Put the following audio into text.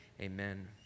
amen